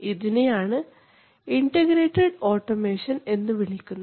ഇതിനെയാണ് ആണ് integrated automation എന്ന് വിളിക്കുന്നത്